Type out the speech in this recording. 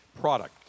product